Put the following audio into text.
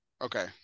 Okay